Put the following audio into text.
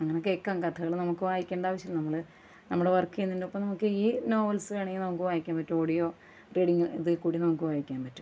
ഇങ്ങനെ കേൾക്കാം കഥകൾ നമക്ക് വായിക്കേണ്ട ആവശ്യമില്ല നമ്മൾ നമ്മുടെ വർക്ക് ചെയ്യുന്നതിൻ്റൊപ്പം ഈ നോവൽസ് വേണമെങ്കിൽ നമുക്ക് വായിക്കാൻ പറ്റും ഓഡിയോ റീഡിങ് ഇതിൽ കൂടി നമുക്ക് വായിക്കാൻ പറ്റും